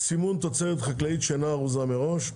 (סימון תוצרת חקלאית שאינה ארוזה מראש),